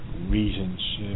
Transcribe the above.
Reasons